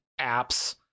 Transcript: apps